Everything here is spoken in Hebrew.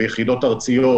ויחידות ארציות,